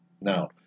now